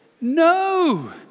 No